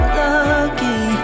lucky